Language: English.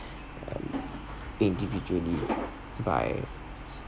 um individually by